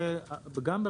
וגם,